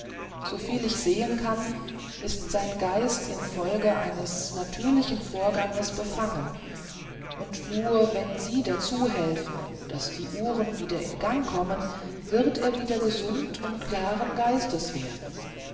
viel ich sehen kann ist sein geist in folge eines natürlichen vorganges befangen und nur wenn sie dazu helfen daß die uhren wieder in gang kommen wird er wieder gesund und klaren geistes werden